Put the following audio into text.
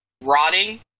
rotting